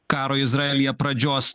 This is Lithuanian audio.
karo izraelyje pradžios